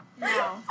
no